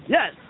Yes